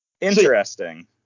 interesting